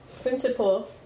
principal